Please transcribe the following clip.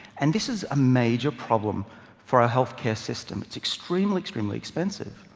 and this is a major problem for a healthcare system. it's extremely, extremely expensive.